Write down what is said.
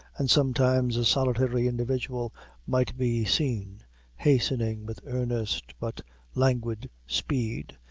and sometimes a solitary individual might be seen hastening with earnest but languid speed,